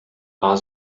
war